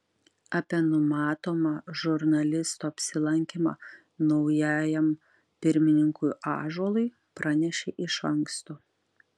apie numatomą žurnalisto apsilankymą naujajam pirmininkui ąžuolui pranešė iš anksto